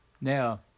Now